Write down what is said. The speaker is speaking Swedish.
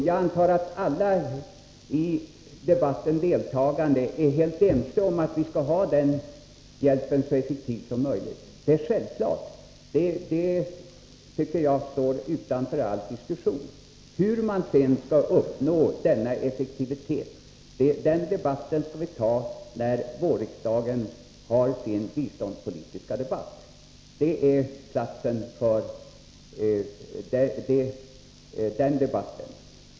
Jag antar att alla som deltar i debatten är helt ense om att hjälpen skall vara så effektiv som möjligt. Det är självklart. Jag tycker att det står utanför all diskussion. Hur man når denna effektivitet skall vi diskutera under vårriksdagens biståndspolitiska debatt. Det är tidpunkten för den debatten.